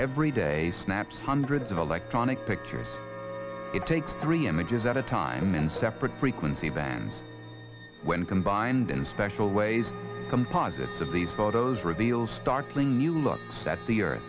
every day snaps hundreds of electronic pictures it takes three images at a time in separate frequency bands when combined in special ways composites of these photos reveals startling new look